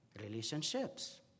Relationships